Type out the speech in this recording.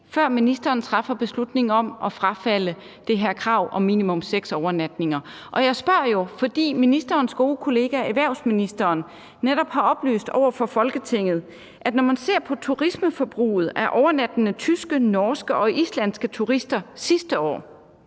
før ministeren træffer beslutning om at frafalde det her krav om minimum seks overnatninger? Jeg spørger jo, fordi ministerens gode kollega erhvervsministeren netop har oplyst over for Folketinget, at når man ser på forbruget hos overnattende tyske, norske og islandske turister sidste år,